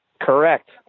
Correct